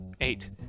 Eight